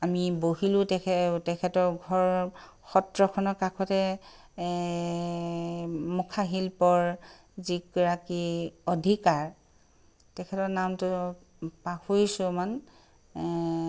আমি বহিলোঁ তেখে তেখেতৰ ঘৰ সত্ৰখনৰ কাষতে মুখাশিল্পৰ যিগৰাকী অধিকাৰ তেখেতৰ নামটো পাহৰিছোঁ অলপমান